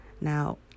Now